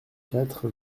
quatre